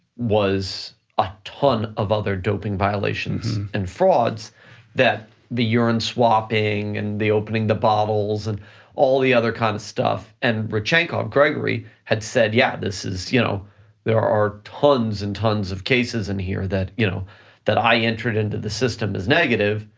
was a ton of other doping violations and frauds that the urine swapping and the opening the bottles and all the other kind of stuff. and rodchenkov grigory had said, yeah, you know there are tons and tons of cases in here that you know that i entered into the system as negative,